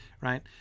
Right